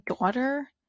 daughter